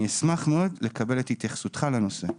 אני אשמח מאוד לקבל את התייחסותך לנושא.